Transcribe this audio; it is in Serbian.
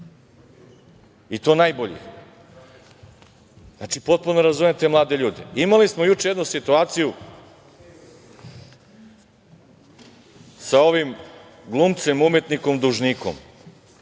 I to najboljih. Potpuno razumem te mlade ljude. Imali smo juče jednu situaciju sa ovim glumcem, umetnikom, dužnikom,